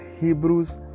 Hebrews